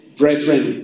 brethren